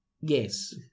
Yes